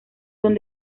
son